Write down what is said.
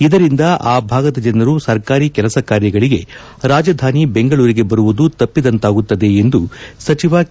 ಇದರಿಂದ ಆ ಭಾಗದ ಜನರು ಸರ್ಕಾರಿ ಕೆಲಸ ಕಾರ್ಯಗಳಿಗೆ ರಾಜಧಾನಿ ಬೆಂಗಳೂರಿಗೆ ಬರುವುದು ತಪ್ಪಿದಂತಾಗುತ್ತದೆ ಎಂದು ಸಚಿವ ಕೆ